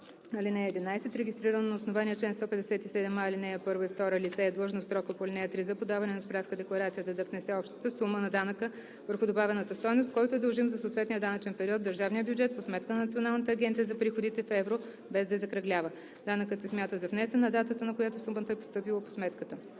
ден. (11) Регистрирано на основание чл. 157а, ал. 1 и 2 лице е длъжно в срока по ал. 3 за подаване на справка-декларацията да внесе общата сума на данъка върху добавената стойност, който е дължим за съответния данъчен период, в държавния бюджет по сметка на Националната агенция за приходите, в евро, без да я закръглява. Данъкът се смята за внесен на датата, на която сумата е постъпила в сметката.